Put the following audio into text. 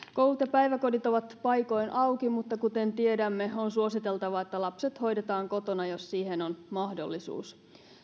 päiväkodit ovat paikoin auki mutta kuten tiedämme on suositeltavaa että lapset hoidetaan kotona jos siihen on mahdollisuus